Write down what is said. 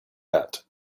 that